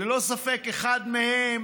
ללא ספק, אחד מהם